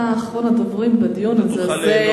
אתה אחרון הדוברים בדיון הזה,